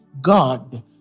God